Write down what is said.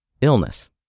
illness